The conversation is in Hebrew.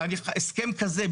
הסכם כזה,